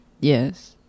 Yes